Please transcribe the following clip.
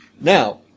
Now